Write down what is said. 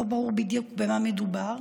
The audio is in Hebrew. לא ברור בדיוק במה מדובר.